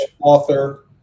author